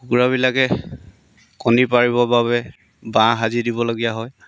কুকুৰাবিলাকে কণী পাৰিবৰ বাবে বাহ সাজি দিবলগীয়া হয়